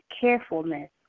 carefulness